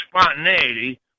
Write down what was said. spontaneity